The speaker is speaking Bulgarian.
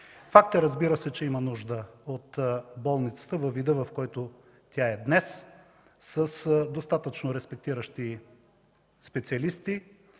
Факт е, разбира се, че има нужда от болницата във вида, в който тя е днес с достатъчно респектиращи специалисти,